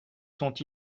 sont